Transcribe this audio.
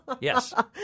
Yes